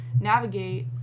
navigate